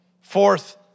Fourth